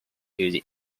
using